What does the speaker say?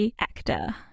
Actor